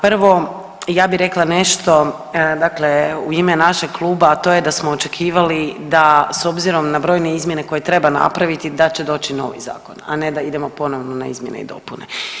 Prvo, ja bih rekla nešto dakle u ime našeg kluba, a to je da smo očekivali da, s obzirom na brojne izmjene koje treba napraviti, da će doći novi zakon, a ne da idemo ponovno na izmjene i dopune.